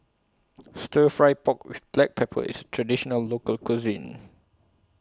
Stir Fry Pork with Black Pepper IS A Traditional Local Cuisine